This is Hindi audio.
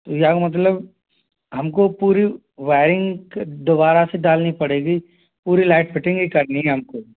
ये मतलब हमको पूरी वायरिंग दोबारा से डालनी पड़ेगी पूरी लाइट फिटिंग ही करनी है हमको